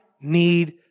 need